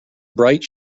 bright